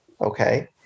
Okay